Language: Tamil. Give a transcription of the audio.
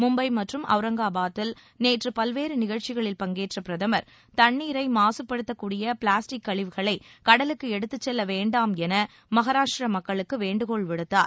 மும்பை மற்றும் அவுரங்காபாதில் நேற்று பல்வேறு நிகழ்ச்சிகளில் பங்கேற்ற பிரதமர் தண்ணீரை மாசுப்படுத்தக் கூடிய பிளாஸ்டிக் கழிவுகளை கடலுக்கு எடுத்துச் செல்ல வேண்டாம் என மஹாராஷ்ட்ர மக்களுக்கு வேண்டுகோள் விடுத்தார்